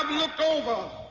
um looked over,